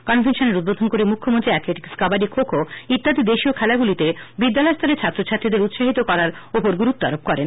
কনভেনশনের উদ্বোধন করে মুখ্যমন্ত্রী এথলেটিক্স কাবাডি খো খো ইত্যাদি দেশীয় খেলাগুলিতে বিদ্যালয়স্তরে ছাত্র ছাত্রীদের উৎসাহিত করার উপর গুরুত্বআরোপ করেন